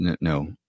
No